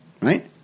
right